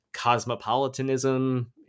cosmopolitanism